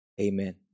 Amen